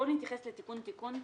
בוא נתייחס לתיקון תיקון,